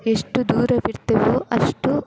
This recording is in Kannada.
ಎಷ್ಟು ದೂರವಿರ್ತೀವೋ ಅಷ್ಟು